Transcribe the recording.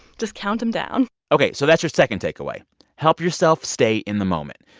just count them down ok. so that's your second takeaway help yourself stay in the moment.